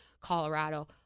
Colorado